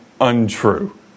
untrue